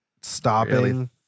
stopping